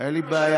אין לי בעיה.